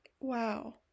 wow